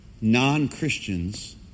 non-Christians